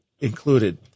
included